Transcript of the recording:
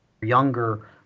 younger